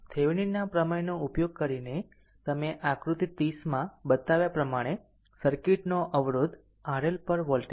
આમ થેવેનિનના પ્રમેયનો ઉપયોગ કરીને તમે આકૃતિ 30 માં બતાવ્યા પ્રમાણે સર્કિટનો અવરોધ RL પર વોલ્ટેજ નક્કી કરો છો